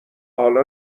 حالا